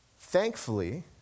Thankfully